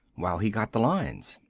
while he got the lines.